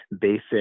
basic